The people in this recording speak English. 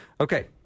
Okay